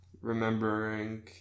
remembering